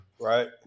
Right